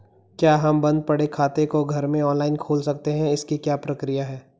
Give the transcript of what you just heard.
क्या हम बन्द पड़े खाते को घर में ऑनलाइन खोल सकते हैं इसकी क्या प्रक्रिया है?